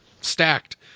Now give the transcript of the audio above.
stacked